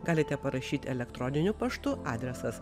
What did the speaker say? galite parašyt elektroniniu paštu adresas